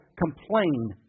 complain